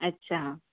अछा